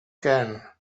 can